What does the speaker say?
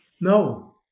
No